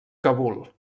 kabul